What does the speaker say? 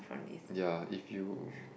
ya if you